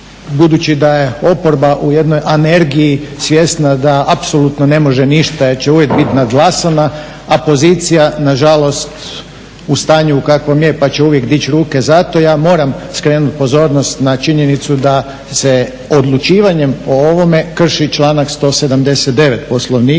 budući da je oporba u jednoj anergiji svjesna da apsolutno ne može ništa jer će uvijek bit nadglasana, a pozicija nažalost u stanju u kakvom je pa će uvijek dići ruke za to. Ja moram skrenut pozornost na činjenicu da se odlučivanjem o ovome krši članak 179. Poslovnika